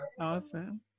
Awesome